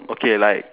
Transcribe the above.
okay like